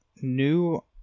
New